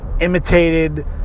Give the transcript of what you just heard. imitated